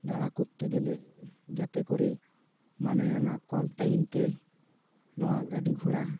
ᱫᱟᱬᱟ ᱠᱳᱨᱛᱮ ᱜᱮᱞᱮ ᱡᱟᱛᱮ ᱠᱚᱨᱮ ᱢᱟᱱᱮ ᱚᱱᱟ ᱠᱚᱢ ᱴᱟᱭᱤᱢ ᱛᱮ ᱱᱚᱣᱟ ᱜᱟᱹᱰᱤ ᱜᱷᱚᱲᱟ